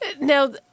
Now